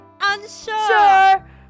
unsure